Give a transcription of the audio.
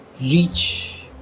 reach